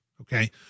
Okay